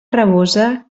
rabosa